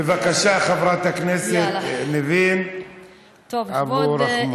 בבקשה, חברת הכנסת ניבין אבו רחמון.